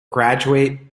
graduate